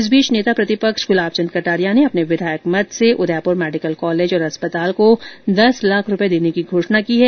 इस बीच नेता प्रतिपक्ष गुलाब चंद कटारिया ने अपने विधायक मद से उदयपुर मेडिकल कॉलेज और अस्पताल को दस लाख रूपये देने की घोषणा की है